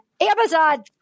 Amazon